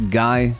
guy